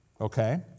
okay